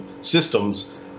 systems